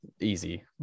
Easy